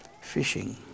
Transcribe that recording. fishing